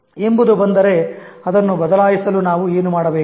" ಎಂಬುದು ಬಂದರೆ ಅದನ್ನು ಬದಲಾಯಿಸಲು ನಾವು ಏನು ಮಾಡಬೇಕು